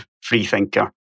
Freethinker